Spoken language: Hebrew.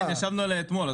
כן, ישבנו עליה אתמול.